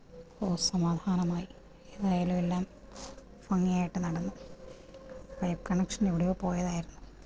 ഓ സമാധാനമായി ഏതായാലും എല്ലാം ഭംഗിയായിട്ട് നടന്നു പൈപ്പ് കണക്ഷനെവിടെയോ പോയതാരുന്നു